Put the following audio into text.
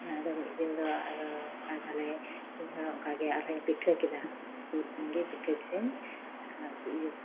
ᱚᱱᱟ ᱫᱚ ᱢᱤᱫ ᱫᱤᱱ ᱫᱚ ᱟᱨᱚ ᱚᱱᱠᱟᱭᱮᱫᱟᱞᱮ ᱤᱧ ᱦᱚᱸ ᱚᱱᱠᱟ ᱜᱮ ᱟᱨᱦᱚᱸᱧ ᱯᱤᱴᱷᱟᱹ ᱠᱮᱫᱟ ᱥᱩᱨᱫᱤᱱ ᱜᱮ ᱯᱤᱴᱷᱟᱹ ᱠᱮᱫᱟᱹᱧ ᱟᱨ ᱤᱭᱟᱹ